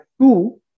two